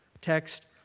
text